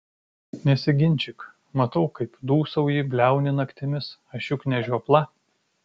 nesiginčyk matau kaip dūsauji bliauni naktimis aš juk ne žiopla